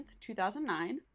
2009